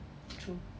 true